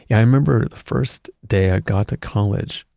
yeah i remember the first day i got to college,